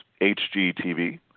HGTV